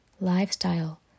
lifestyle